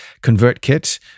ConvertKit